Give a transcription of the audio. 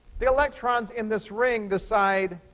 the electrons in this ring decide,